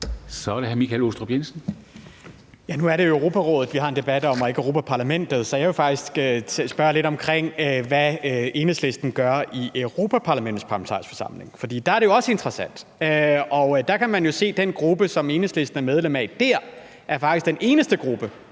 Kl. 11:57 Michael Aastrup Jensen (V): Nu er det jo Europarådet, vi har en debat om, og ikke Europa-Parlamentet, så jeg vil faktisk spørge lidt om, hvad Enhedslisten gør i Europarådets parlamentariske forsamling. For der er det også interessant. Og der kan man jo se, at den gruppe, som Enhedslisten er medlem af der, faktisk er den eneste gruppe